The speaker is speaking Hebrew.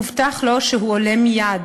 הובטח לו שהוא עולה מייד.